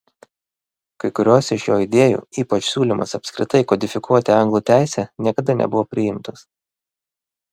kai kurios iš jo idėjų ypač siūlymas apskritai kodifikuoti anglų teisę niekada nebuvo priimtos